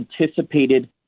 anticipated